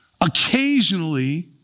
occasionally